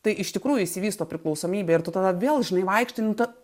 tai iš tikrųjų išsivysto priklausomybė ir tu tada vėl žinai vaikštai nu ta